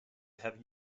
have